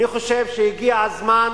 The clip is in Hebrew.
אני חושב שהגיע הזמן